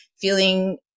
feeling